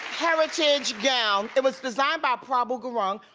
heritage gown. it was designed by prabal gurung,